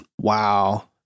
Wow